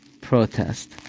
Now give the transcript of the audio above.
protest